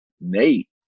Nate